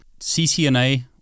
CCNA